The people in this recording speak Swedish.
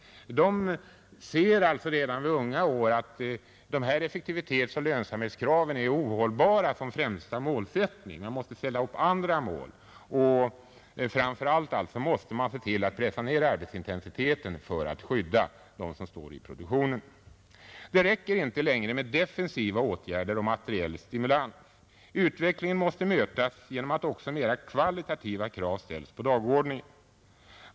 De ser alltså redan i unga år att effektivitetsoch lönsamhetskraven är ohållbara som främsta målsättning. Man måste ställa upp andra mål och framför allt se till pressa ned arbetsintensiteten för att skydda dem som står i produktionen. Det räcker inte längre med defensiva åtgärder och materiell stimulans. Utvecklingen måste mötas genom att också mera kvalitativa krav ställs på dagordningen.